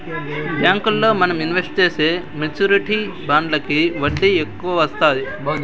బ్యాంకుల్లో మనం ఇన్వెస్ట్ చేసే మెచ్యూరిటీ బాండ్లకి వడ్డీ ఎక్కువ వత్తాది